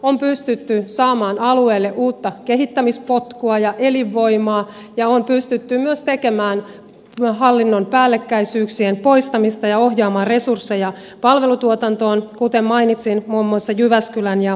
on pystytty saamaan alueelle uutta kehittämispotkua ja elinvoimaa ja on pystytty myös tekemään hallinnon päällekkäisyyksien poistamista ja ohjaamaan resursseja palvelutuotantoon kuten mainitsin muun muassa jyväskylän ja kouvolan osalta